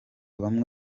bamwe